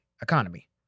economy